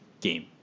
game